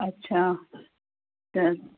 अच्छा त